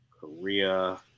korea